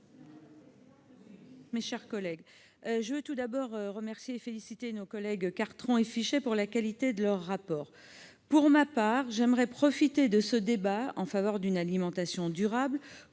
Mme Catherine Dumas. Je veux tout d'abord remercier et féliciter nos collègues Cartron et Fichet pour la qualité de leur rapport. Pour ma part, j'aimerais profiter de ce débat en faveur d'une alimentation durable